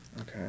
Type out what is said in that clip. Okay